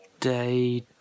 Day